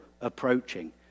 approaching